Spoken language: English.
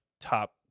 top